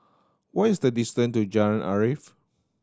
what is the distance to Jalan Arif